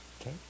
Okay